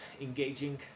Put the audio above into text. engaging